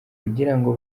ngo